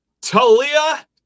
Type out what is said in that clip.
Talia